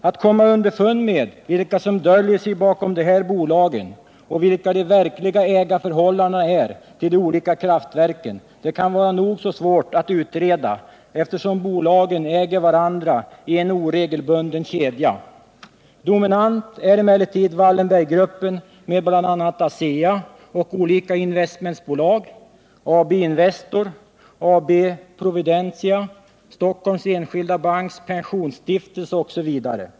Att komma underfund med vilka som döljer sig bakom de här bolagen och vilka de verkliga ägarna är till de olika kraftverken kan vara nog så svårt, eftersom bolagen äger varandra i en oregelbunden kedja. Dominant är emellertid Wallenberggruppen med bl.a. ASEA och olika investmentbolag: AB Investor, AB Providentia och Stockholms Enskilda Banks pensionsstiftelse.